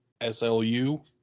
SLU